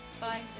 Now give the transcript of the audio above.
bye